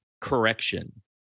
correction